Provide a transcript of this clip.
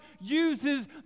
uses